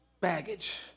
baggage